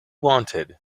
wanted